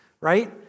right